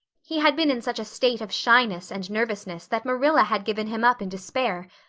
he had been in such a state of shyness and nervousness that marilla had given him up in despair,